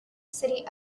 city